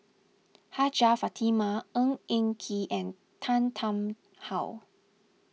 Hajjah Fatimah Ng Eng Kee and Tan Tarn How